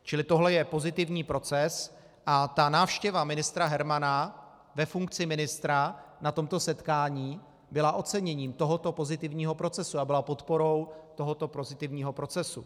Čili tohle je pozitivní proces a návštěva ministra Hermana ve funkci ministra na tomto setkání byla oceněním tohoto pozitivního procesu a byla podporou tohoto pozitivního procesu.